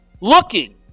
looking